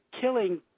killing